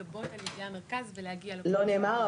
לא נאמר,